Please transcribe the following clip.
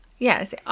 Yes